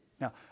now